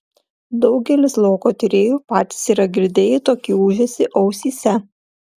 daugelis lauko tyrėjų patys yra girdėję tokį ūžesį ausyse